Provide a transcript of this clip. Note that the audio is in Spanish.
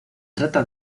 trata